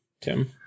Tim